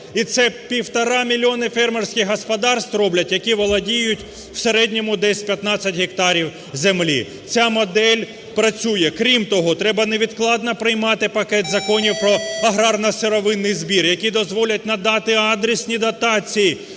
І це півтора мільйони фермерських господарств роблять, які володіють в середньому десь 15 гектарами землі. Ця модель працює. Крім того, треба невідкладно приймати пакет законів про аграрно-сировинний збір, які дозволять надати адресні дотації